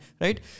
Right